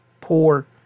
poor